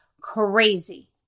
crazy